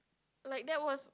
like that was